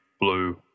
blue